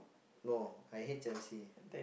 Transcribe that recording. no I hate Chelsea